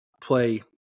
play